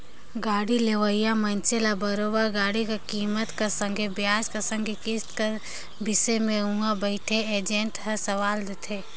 गाड़ी लेहोइया मइनसे ल बरोबेर गाड़ी कर कीमेत कर संघे बियाज कर संघे किस्त कर बिसे में उहां बइथे एजेंट हर सलाव देथे